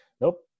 nope